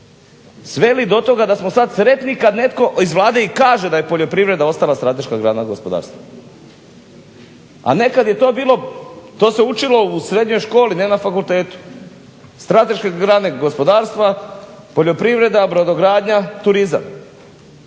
sveli do toga da smo sada sretni kada netko iz Vlade i kaže da je poljoprivreda ostala strateška grana gospodarstva. A neka se to učilo u srednjoj školi ne na fakultetu, strateške grane gospodarstva, poljoprivreda, brodogradnja, turizam.